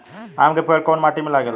आम के पेड़ कोउन माटी में लागे ला?